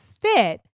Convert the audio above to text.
fit